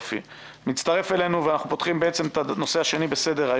ננעלה בשעה 11:15.